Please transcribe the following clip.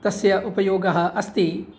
तस्य उपयोगः अस्ति